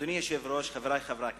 אדוני היושב-ראש, חברי חברי הכנסת,